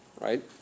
Right